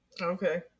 Okay